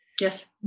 Yes